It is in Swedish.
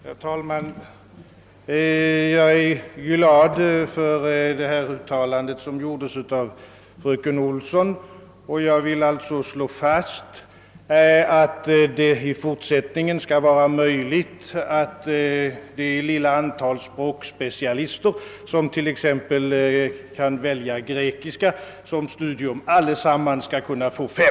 Herr talman! Jag är glad över det uttalande som gjordes av fröken Olsson. Jag vill slå fast, att det i fortsättningen alltså bör vara möjligt att t.ex. beträffande det lilla antal språkspecialister, som väljer grekiska, ge alla betyget 35.